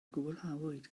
gwblhawyd